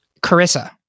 Carissa